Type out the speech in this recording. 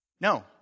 No